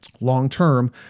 long-term